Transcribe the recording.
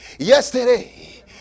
yesterday